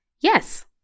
Yes